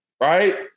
Right